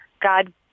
God